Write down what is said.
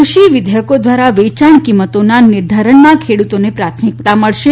નવા વિઘેથકો ધ્વારા વેચાણ કિંમતોના નિર્ધારણમાં ખેડતોને પ્રાથમિકતા મળશે